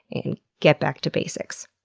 and get back to basics?